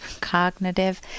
cognitive